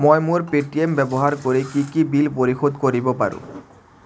মই মোৰ পে'টিএম ব্যৱহাৰ কৰি কি কি বিল পৰিশোধ কৰিব পাৰোঁ